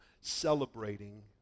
celebrating